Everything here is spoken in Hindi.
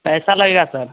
पैसा लगेगा सर